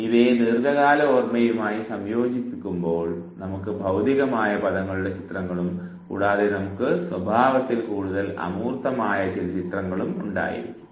അതിനാൽ ഇവയെ ദീർഘകാല ഓർമ്മയുമായി സംയോജിപ്പിക്കുമ്പോൾ നമുക്ക് ഭൌതികമായ പദങ്ങളുടെ ചിത്രങ്ങളും കൂടാതെ നമുക്ക് സ്വഭാവത്തിൽ കൂടുതൽ അമൂർത്തമായ ചില ചിത്രങ്ങളും ഉണ്ടായിരിക്കാം